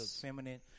feminine